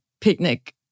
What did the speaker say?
picnic